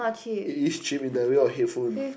it is cheap in that way of headphone